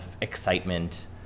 excitement